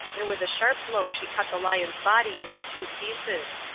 and with a sharp blow she cut the lion's body into two pieces.